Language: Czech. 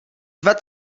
dva